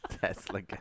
Tesla